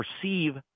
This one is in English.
perceive